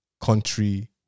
country